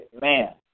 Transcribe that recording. man